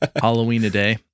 Halloween-a-day